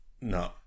no